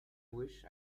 wish